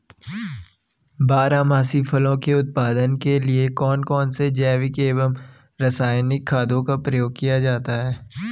बारहमासी फसलों के उत्पादन के लिए कौन कौन से जैविक एवं रासायनिक खादों का प्रयोग किया जाता है?